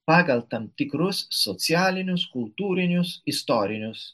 pagal tam tikrus socialinius kultūrinius istorinius